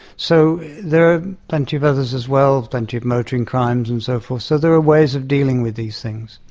so there are plenty of others as well, plenty of motoring crimes and so forth. so there are ways of dealing with these things.